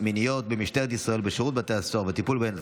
מיניות במשטרת ישראל ובשירות בתי הסוהר והטיפול בהן,